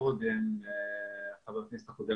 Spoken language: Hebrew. סכסוך דרך,